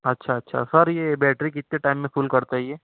اچھا اچھا سر یہ بیٹری کتنے ٹائم میں فل کرتا ہے یہ